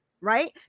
right